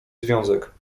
związek